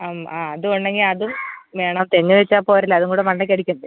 അം ആ അത് ഉണ്ടെങ്കിൽ അതും വേണം തെങ്ങ് വെച്ചാൽ പോരല്ലോ അതുംകൂടെ മണ്ടയ്ക്ക് അടിക്കണ്ടേ